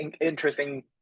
interesting